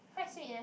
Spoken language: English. quite sweet eh